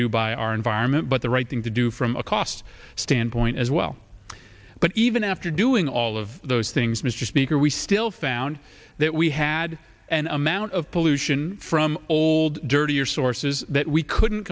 do by our environment but the right thing to do from a cost standpoint as well but even after doing all of those things mr speaker we still found that we had an amount of pollution from old dirty your sources that we couldn't